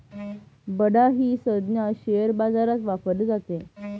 बडा ही संज्ञा शेअर बाजारात वापरली जाते